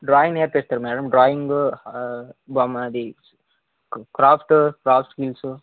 drawing నేర్పిస్తారా madam drawing బొమ్మ అది క్రాఫ్ట్ క్రాఫ్ట్ స్కిల్స్